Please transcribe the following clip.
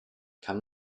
kann